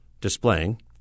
displaying